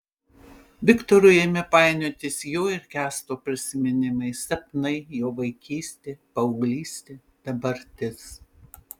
viktorui ėmė painiotis jo ir kęsto prisiminimai sapnai jo vaikystė paauglystė dabartis